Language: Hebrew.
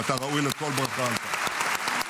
ואתה ראוי לכל ברכה על כך.